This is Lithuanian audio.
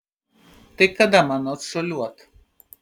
tai kada man atšuoliuot